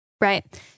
Right